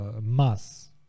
mass